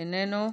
איננו.